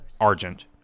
Argent